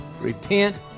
repent